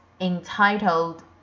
entitled